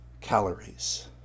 calories